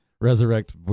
Resurrect